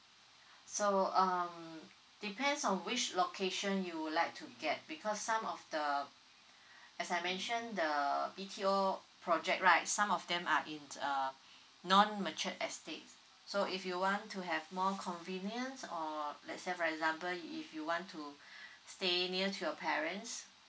so um depends on which location you would like to get because some of the as I mention the B_T_O project right some of them are in uh non mature estate so if you want to have more convenience or let's say for example if you want to stay near to your parents